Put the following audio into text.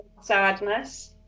Sadness